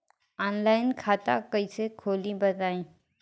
Online खाता कइसे खोली बताई?